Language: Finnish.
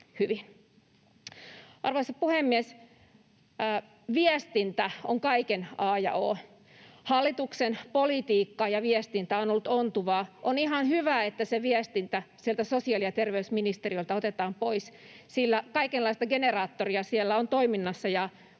Arvoisa puhemies! Viestintä on kaiken a ja o. Hallituksen politiikka ja viestintä on ollut ontuvaa. On ihan hyvä, että se viestintä sieltä sosiaali- ja terveysministeriöltä otetaan pois, sillä kaikenlaista generaattoria siellä on toiminnassa